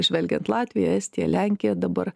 žvelgiant latvija estija lenkija dabar